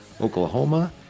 Oklahoma